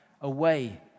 away